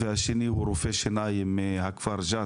והשני הוא רופא שיניים מהכפר ג'ת